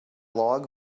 log